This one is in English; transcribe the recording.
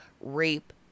rape